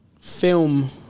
film